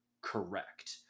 correct